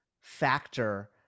factor